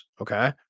okay